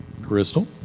crystal